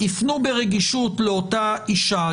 יפנו ברגישות לאותה אישה,